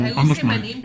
חד משמעית.